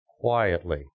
quietly